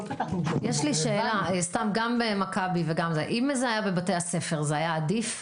לא פתחנו- -- אם זה היה בבתי הספר, זה היה עדיף?